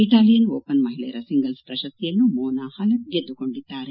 Italian open ಮಹಿಳೆಯರ singles ಪ್ರಶಸ್ತಿಯನ್ನು Mona Halep ಗೆದ್ದುಕೊಂಡಿದ್ದಾರೆ